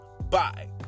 bye